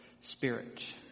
spirit